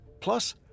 Plus